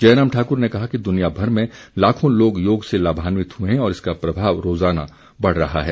जयराम ठाकुर ने कहा कि दुनिया भर में लाखों लोग योग से लाभान्वित हुए हैं और इसका प्रभाव रोज़ाना बढ़ रहा है